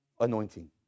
anointing